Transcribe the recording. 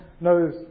knows